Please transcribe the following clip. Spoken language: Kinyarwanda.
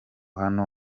hano